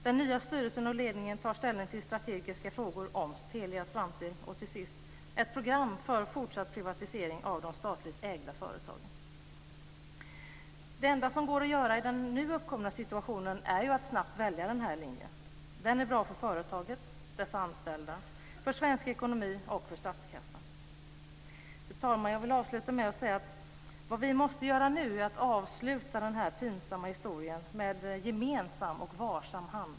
Den nya styrelsen och ledningen tar ställning till strategiska frågor om Telias framtid. Och till sist: Ett program för fortsatt privatisering av de statligt ägda företagen. Det enda som går att göra i den nu uppkomna situationen är ju att snabbt välja den här linjen. Den är bra för företaget, dess anställda, för svensk ekonomi och för statskassan. Fru talman! Jag vill avsluta med att säga att vad vi måste göra nu är att avsluta den här pinsamma historien med gemensam och varsam hand.